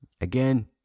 Again